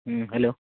হুম hello